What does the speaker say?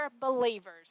believers